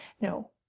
No